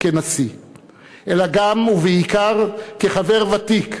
כנשיא אלא גם, ובעיקר, כחבר ותיק,